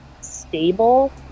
stable